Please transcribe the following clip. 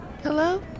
Hello